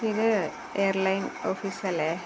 ഇത് എയർലൈൻ ഓഫീസല്ലേ